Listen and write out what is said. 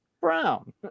brown